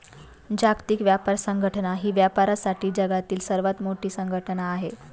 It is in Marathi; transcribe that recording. जागतिक व्यापार संघटना ही व्यापारासाठी जगातील सर्वात मोठी संघटना आहे